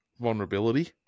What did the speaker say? vulnerability